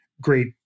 great